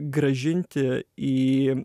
grąžinti į